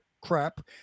Crap